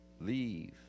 Leave